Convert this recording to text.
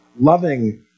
loving